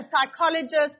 psychologist